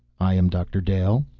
i am doctor dale.